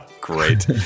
great